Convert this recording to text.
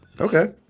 okay